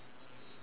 but